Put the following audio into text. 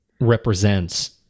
represents